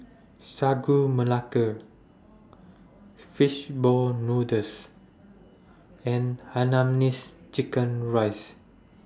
Sagu Melaka Fish Ball Noodles and Hainanese Chicken Rice